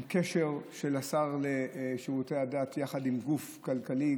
עם קשר של השר לשירותי הדת יחד עם גוף כלכלי,